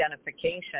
identification